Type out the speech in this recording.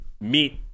meet